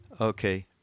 Okay